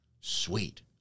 Sweet